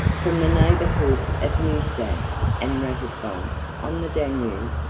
from the neighborhood of newstadt and ratisbon on the danube,